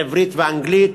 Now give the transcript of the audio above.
בעברית ובאנגלית,